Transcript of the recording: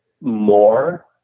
more